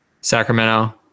sacramento